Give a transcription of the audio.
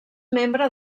membre